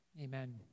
amen